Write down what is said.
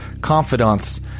confidants